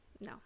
no